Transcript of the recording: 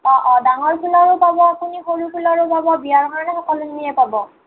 অঁ অঁ ডাঙৰ ফুলৰো পাব আপুনি সৰু ফুলৰো পাব বিয়াৰ কাৰণে সকলোখিনিয়ে পাব